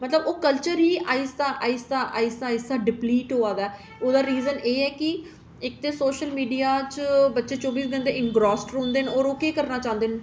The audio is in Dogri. मतलब ओह् कल्चर इ आस्तै आस्तै आस्तै डिपलीट होआ दा ओह्दा रिजन एह् ऐ कि इक ते सोशल मीडिया च बच्चे चौह्बी घैंटे इंग्रासड रौंह्दे न और ओह् केह् करना चांह्दे न